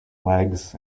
legs